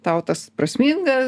tau tas prasminga